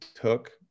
took